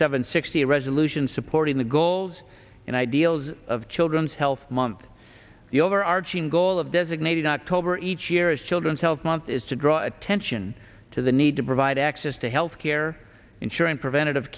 seven sixty a resolution supporting the goals and ideals of children's health month the overarching goal of designating not tobar each year as children's health month is to draw attention to the need to provide access to health care insurance preventative